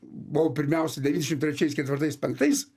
buvo pirmiausia devyniasdešimt trečiais ketvirtais penktais